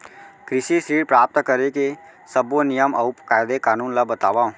कृषि ऋण प्राप्त करेके सब्बो नियम अऊ कायदे कानून ला बतावव?